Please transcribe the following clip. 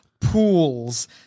pools